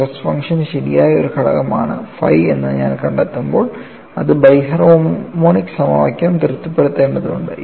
stress function ശരിയായ ഒരു ഘടകമാണ് ആണ് ഫൈ എന്ന് ഞാൻ കണ്ടെത്തുമ്പോൾ അത് ബൈ ഹാർമോണിക് സമവാക്യം തൃപ്തിപ്പെടുത്തേണ്ടതുണ്ട്